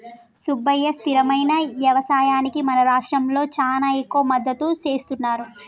సుబ్బయ్య స్థిరమైన యవసాయానికి మన రాష్ట్రంలో చానా ఎక్కువ మద్దతు సేస్తున్నారు